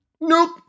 nope